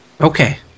Okay